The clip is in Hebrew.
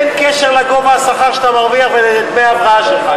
אבל אין קשר לגובה השכר שאתה מרוויח ודמי ההבראה שלך.